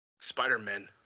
Spider-Man